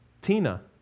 Tina